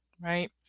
right